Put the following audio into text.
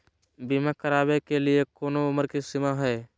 बीमा करावे के लिए कोनो उमर के सीमा है?